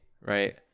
right